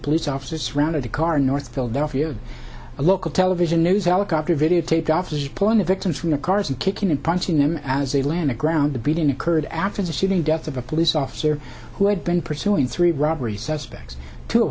police officers surrounded the car in north philadelphia a local television news helicopter videotaped officers pulling the victims from their cars and kicking and punching them as they land the ground the beating occurred after the shooting death of a police officer who had been pursuing three robbery suspects t